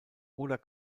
oder